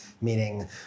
meaning